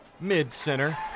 mid-center